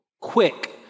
quick